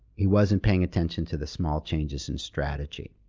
he wasn't paying attention to the small changes in strategy.